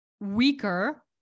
weaker